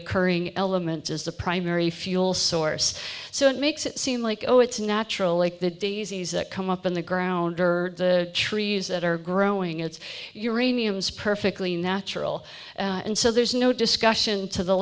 occurring element as the primary fuel source so it makes it seem like oh it's natural like the daisies that come up in the ground dirt the trees that are growing it's uranium xp perfectly natural well and so there's no discussion to the